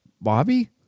Bobby